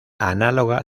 análoga